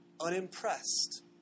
unimpressed